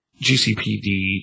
GCPD